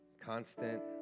constant